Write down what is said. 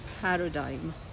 paradigm